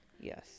Yes